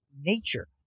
nature